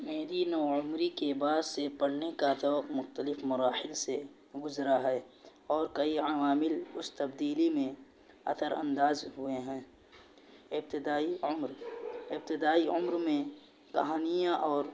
میری نوعمری کے بعد سے پرھنے کا جوک مختلف مراحل سے گزرا ہے اور کئی عوامل اس تبدیلی میں اثرانداز ہوئے ہیں ابتدائی عمر ابتدائی عمر میں کہانیاں اور